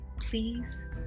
please